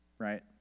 right